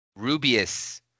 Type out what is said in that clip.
Rubius